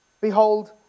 Behold